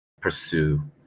pursue